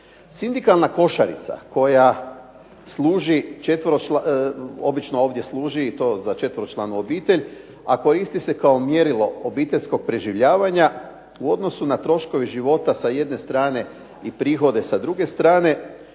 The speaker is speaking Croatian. Sindikalna košarica koja služi, obično ovdje služi i to za četveročlanu obitelj a koristi se kao mjerilo obiteljskog preživljavanja, u odnosu na troškove života sa jedne strane i prihode s druge strane